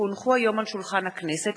כי הונחו היום על שולחן הכנסת,